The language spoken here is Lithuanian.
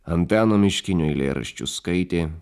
antano miškinio eilėraščius skaitė